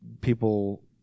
people